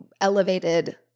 elevated